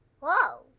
whoa